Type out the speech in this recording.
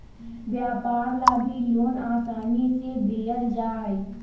व्यापार ला भी लोन आसानी से देयल जा हई